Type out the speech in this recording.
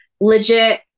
legit